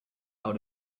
out